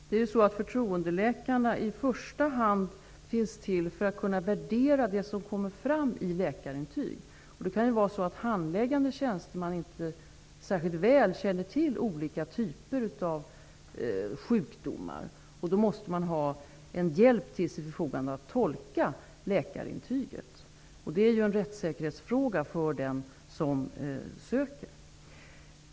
Herr talman! Förtroendeläkarna skall i första hand värdera det som kommer fram i läkarintyg. Det kan vara så att handläggande tjänsteman inte särskilt väl känner till olika typer av sjukdomar, och då måste denne ha en hjälp till sitt förfogande för att tolka läkarintyget. Det är en fråga om rättssäkerhet för den som söker asyl.